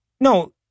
No